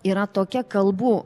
yra tokia kalbų